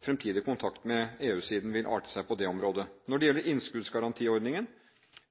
fremtidig kontakt med EU-siden vil arte seg på det området. Når det gjelder innskuddsgarantiordningen,